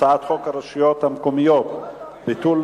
הצעת חוק הרשויות המקומיות (ביטול